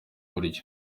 buryo